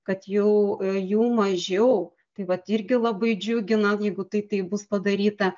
kad jau jų mažiau tai vat irgi labai džiugina jeigu taip tai bus padaryta